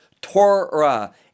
Torah